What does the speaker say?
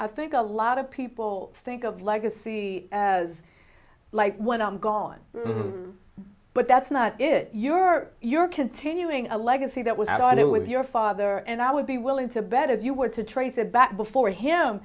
i think a lot of people think of legacy as like when i'm gone but that's not if you're you're continuing a legacy that was out there with your father and i would be willing to bet if you were to trace it back before him